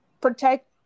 protect